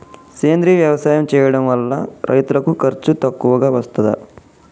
సేంద్రీయ వ్యవసాయం చేయడం వల్ల రైతులకు ఖర్చు తక్కువగా వస్తదా?